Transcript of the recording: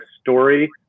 Story